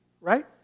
Right